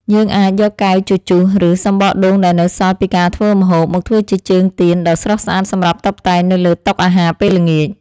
យើងអាចយកកែវជជុះ ឬ សំបកដូងដែលនៅសល់ពីការធ្វើម្ហូប មកធ្វើជាជើងទៀនដ៏ស្រស់ស្អាតសម្រាប់តុបតែងនៅលើតុអាហារពេលល្ងាច។